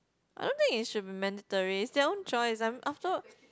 I don't think it should be mandatory is their own choice I mean after all